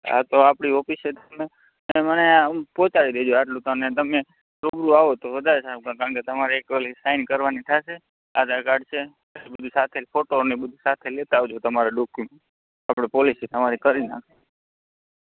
હા તો આપણી ઓફિસે તમે મને આ પહોંચાડી દેજો આટલું અને તમે રૂબરૂ આવો તો વધારે સારું કારણ કે તમારે ઓલી સાઈન કરવાની થશે આધાર કાર્ડ છે એ બધું સાથેને ફોટો સાથે લેતા આવજો તમે તમારા ડોક્યુમેન્ટ પોલિસી તમારી કરી નાખું